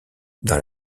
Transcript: dans